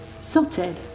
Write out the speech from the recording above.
silted